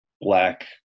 black